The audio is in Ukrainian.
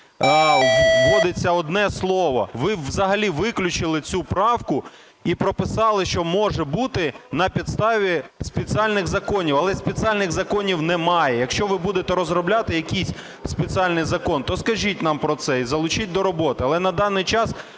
вводиться одне слово, ви взагалі виключили цю правку і прописали, що може бути на підставі спеціальних законів. Але спеціальні законів немає. Якщо ви будете розробляти якийсь спеціальний закон, то скажіть нам про це і залучіть до роботи.